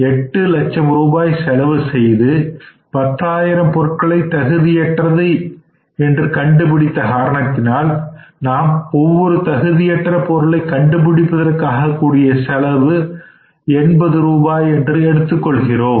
எட்டு லட்சம் ரூபாய் செலவு செய்து 10000 பொருட்களை தகுதியற்றது என்று கண்டுபிடித்த காரணத்தினால் நாம் ஒவ்வொரு தகுதியற்ற பொருளை கண்டுபிடிப்பதற்காக ஆகிய செலவு ரூபாய் 80 என்று எடுத்துக் கொள்கிறோம்